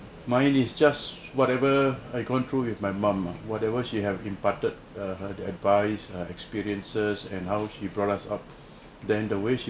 mine is just whatever I control with my mum ah whatever she have imparted err had advise or experiences and how she brought us up then the way she